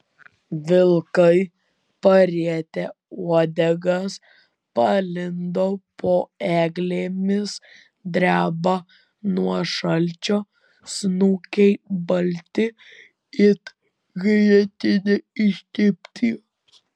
vilkai parietę uodegas palindo po eglėmis dreba nuo šalčio snukiai balti it grietine ištepti